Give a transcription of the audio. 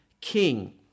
king